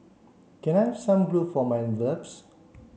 can I some glue for my envelopes